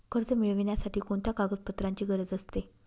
कर्ज मिळविण्यासाठी कोणत्या कागदपत्रांची गरज असते?